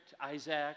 Isaac